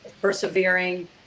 persevering